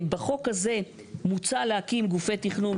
בחוק הזה מוצע להקים גופי תכנון,